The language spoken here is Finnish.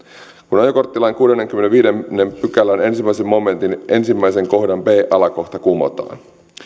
kun ajokorttilain kuudennenkymmenennenviidennen pykälän ensimmäisen momentin ensimmäisen kohdan b alakohta kumotaan